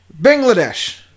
Bangladesh